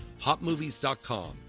Hotmovies.com